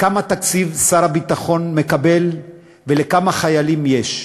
לכמה תקציב שר הביטחון מקבל ולכמה חיילים יש,